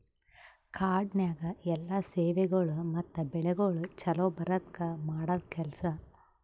ಕಾಡನ್ಯಾಗ ಎಲ್ಲಾ ಸೇವೆಗೊಳ್ ಮತ್ತ ಬೆಳಿಗೊಳ್ ಛಲೋ ಬರದ್ಕ ಮಾಡದ್ ಕೆಲಸ